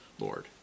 Lord